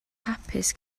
hapus